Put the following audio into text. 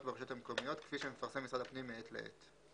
ברשויות המקומיות כפי שמפרסם משרד הפנים מעת לעת".